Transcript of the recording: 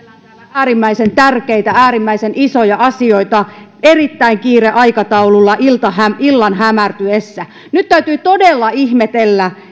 äärimmäisen tärkeitä äärimmäisen isoja asioita erittäin kiireisellä aikataululla illan hämärtyessä nyt täytyy todella ihmetellä